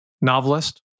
novelist